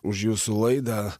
už jūsų laidą